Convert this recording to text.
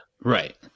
Right